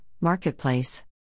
Marketplace